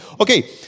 Okay